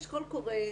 יש קול קורא.